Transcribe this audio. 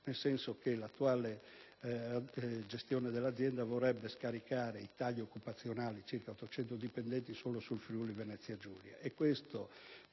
nel senso che l'attuale gestione dell'azienda vorrebbe scaricare i tagli occupazionali - circa ottocento dipendenti - solo sul Friuli-Venezia Giulia. Questo